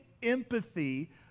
empathy